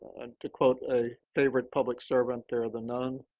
and to quote a favorite public servant there, the knowns,